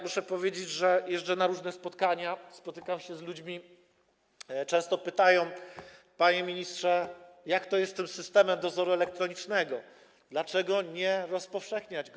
Muszę powiedzieć, że jeżdżę na różne spotkania, spotykam się z ludźmi, oni często pytają: Panie ministrze, jak to jest z tym systemem dozoru elektronicznego, dlaczego nie rozpowszechniać go?